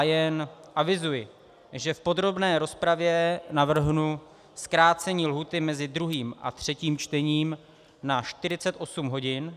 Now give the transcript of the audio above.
Jen avizuji, že v podrobné rozpravě navrhnu zkrácení lhůty mezi druhým a třetím čtením na 48 hodin.